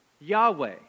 Yahweh